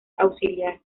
auxiliar